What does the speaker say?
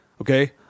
Okay